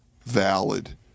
valid